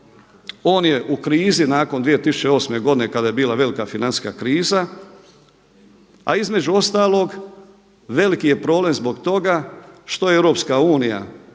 On je u krizi nakon 2008. godine kada je bila velika financijska kriza, a između ostaloga veliki je problem zbog toga što Europska unija